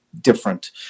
different